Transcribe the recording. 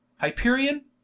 Hyperion